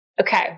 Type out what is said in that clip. okay